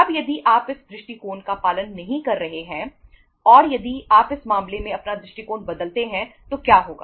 अब यदि आप इस दृष्टिकोण का पालन नहीं कर रहे हैं और यदि आप इस मामले में अपना दृष्टिकोण बदलते हैं तो क्या होगा